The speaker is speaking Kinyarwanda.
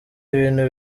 ibintu